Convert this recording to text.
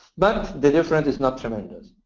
but the difference is not tremendous.